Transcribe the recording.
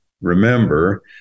remember